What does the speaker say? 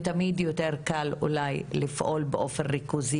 ותמיד יותר קל אולי לפעול באופן ריכוזי